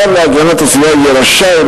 השר להגנת הסביבה יהיה רשאי,